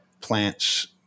plants